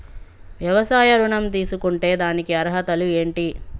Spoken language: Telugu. వ్యవసాయ ఋణం తీసుకుంటే దానికి అర్హతలు ఏంటి?